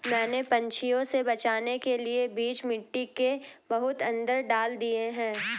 मैंने पंछियों से बचाने के लिए बीज मिट्टी के बहुत अंदर डाल दिए हैं